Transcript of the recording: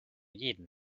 jeden